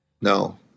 No